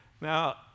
Now